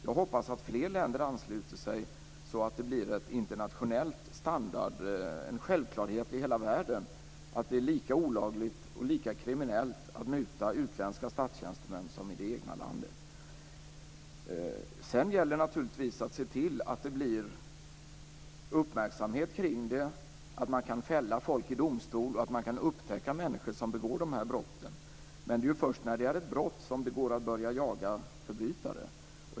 Jag hoppas att fler länder ansluter sig, så att det blir en självklarhet i hela världen att det är lika olagligt, lika kriminellt att muta utländska statstjänstemän som tjänstemän i det egna landet. Sedan gäller det naturligtvis att se till att detta uppmärksammas, att det blir möjligt att fälla folk i domstol och upptäcka människor som begår de här brotten. Men det är ju först när det handlar om ett brott som det går att börja jaga förbrytare.